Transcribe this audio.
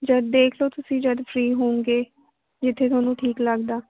ਜਦ ਦੇਖ ਲਓ ਤੁਸੀਂ ਜਦ ਫ਼ਰੀ ਹੋਊਗੇ ਜਿੱਥੇ ਤੁਹਾਨੂੰ ਠੀਕ ਲੱਗਦਾ